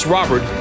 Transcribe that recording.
Robert